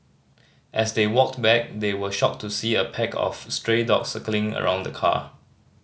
as they walked back they were shocked to see a pack of stray dogs circling around the car